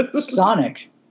Sonic